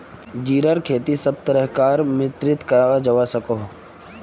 जीरार खेती सब तरह कार मित्तित कराल जवा सकोह